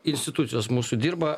institucijos mūsų dirba